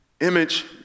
image